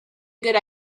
good